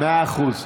מאה אחוז.